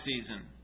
season